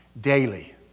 daily